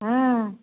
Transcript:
हूँ